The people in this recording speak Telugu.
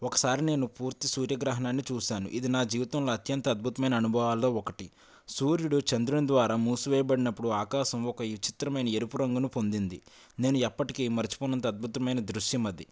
ఒకసారి నేను పూర్తి సూర్యగ్రహణాన్ని చూసాను ఇది నా జీవితంలో అత్యంత అద్భుతమైన అనుభవాల్లో ఒకటి సూర్యుడు చంద్రుని ద్వారా మూసివేయబడినప్పుడు ఆకాశం ఒక విచిత్రమైన ఎరుపు రంగును పొందింది నేను ఎప్పటికీ మర్చిపోనంత అద్భుతమైన దృశ్యం అది